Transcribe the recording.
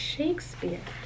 Shakespeare